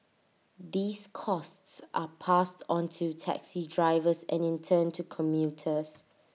these costs are passed on to taxi drivers and in turn to commuters